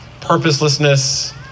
purposelessness